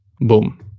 boom